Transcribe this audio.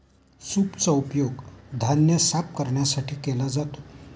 सूपचा उपयोग धान्य साफ करण्यासाठी केला जातो